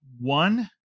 one